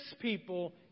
people